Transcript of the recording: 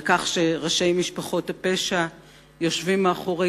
על כך שראשי משפחות הפשע יושבים מאחורי